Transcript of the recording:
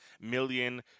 million